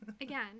Again